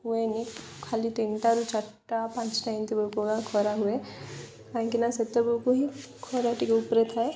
ହୁଏନି ଖାଲି ତିନିଟାରୁ ଚାରିଟା ପାଞ୍ଚଟା ଏମିତି ବଳକୁ ଖରା ହୁଏ କାହିଁକିନା ସେତେବେଳକୁ ହିଁ ଖରା ଟିକେ ଉପରେ ଥାଏ